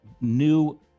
new